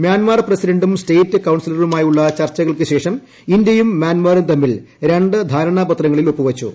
Myanmar പ്രസിഡന്റും state കൌൺസിലറുമായുള്ള ചർച്ചകൾക്ക് ശേഷം ഇന്ത്യയും മ്യാൻമറും തമ്മിൽ രണ്ട് ധാരണാപത്രങ്ങളിൽ ഒപ്പുവെച്ചു